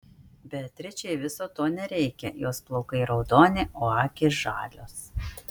beatričei viso to nereikia jos plaukai raudoni o akys žalios